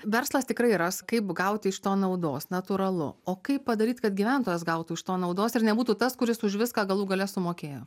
verslas tikrai ras kaip gauti iš to naudos natūralu o kaip padaryt kad gyventojas gautų iš to naudos ir nebūtų tas kuris už viską galų gale sumokėjo